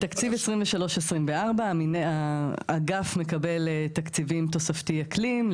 בתקציב 2023-2024 האגף מקבל תקציבים תוספתי אקלים,